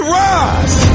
rise